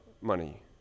money